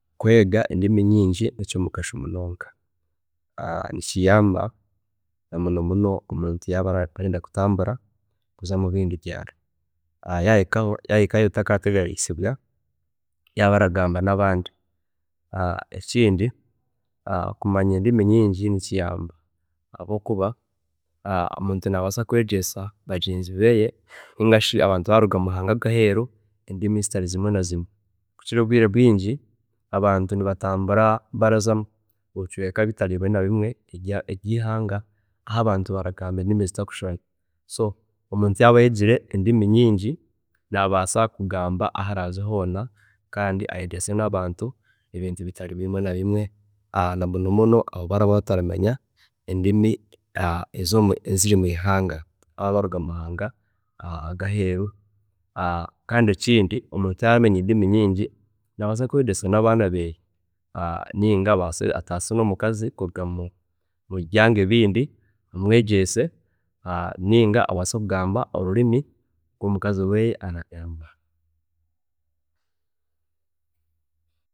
﻿Kweega endimi nyingi nekyomugasho munonga, nikiyamba na muno muno omuntu yaaba nagyezaho kutambura kuza mubindi byaaro, yahikayo takateganiisibwa yaaba aragamba nabandi, ekindi kumanya endimi nyingi nikiyamba habwokuba, omuntu nabaasa kwegyesa bagyenzi beeye ningashi abantu abararuga omumahanga gaheeru nibagamba endimi zitari zimwe na zimwe kukira obwiire obwingi abantu nibatambura barikuza omubicweeka bitari bimwe na bimwe ebya ihanga ahi abantu abarikugamba endimi zitarashushana, so omuntu yaaba aramanya endimi nyingi nabaasa kugamba ahu araaze hoona kandi ayegyese nabantu ebintu bitari bimwe nabimwe na muno muno abo abaraba bataramanya endimi eziri omwihanga baaba bararuga omumahanga aga heeru, kandi ekindi omuntu yaaba aramanya endimi nyingi nabaasa kwegyesa nomukazi owu ataahize kuruga omubyanga ebindi ninga shi abaana beeye ninga abaase kugamba orurimi oru omukazi weeye aragamba